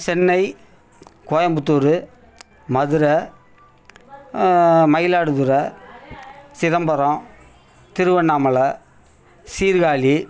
Chennai Coimbatore Madurai Mayiladuthurai Chidambaram Tiruvannamalai Sirkazhi